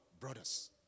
brothers